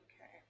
Okay